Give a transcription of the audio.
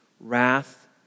wrath